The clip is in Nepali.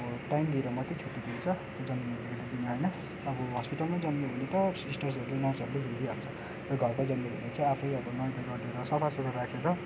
अब टाइम लिएर मात्रै छुट्टी दिन्छ जन्मिनेबित्तिकै दिने होइन अब हस्पिटलमै जन्मियो भने त सिस्टर्सहरूले नर्सहरूले हेरिहाल्छ र घरमै जन्मेको हो भने चाहिँ आफै अब नुहाईधुवाई गरेर सफासुग्घर राखेर